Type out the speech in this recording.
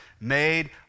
made